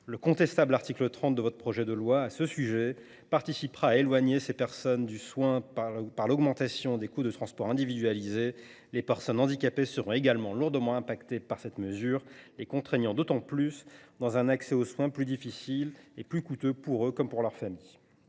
le contestable article 30 de votre projet de loi participera à éloigner ces personnes du soin par l’augmentation des coûts du transport individualisé. Les personnes handicapées seront également lourdement affectées par cette mesure, les contraignant d’autant plus dans un accès aux soins plus difficile et plus coûteux pour eux comme pour leurs familles.